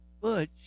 Butch